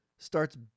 starts